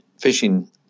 fishing